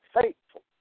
faithful